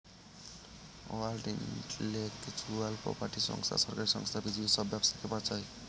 world intellectual property সংস্থা সরকারি সংস্থা পৃথিবীর সব ব্যবসাকে বাঁচায়